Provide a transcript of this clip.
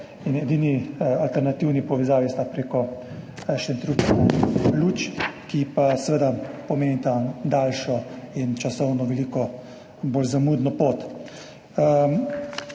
in edini alternativni povezavi sta preko Šentruperta in Luč, ki pa seveda pomenita daljšo in časovno veliko bolj zamudno pot.